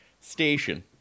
station